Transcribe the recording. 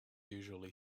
usually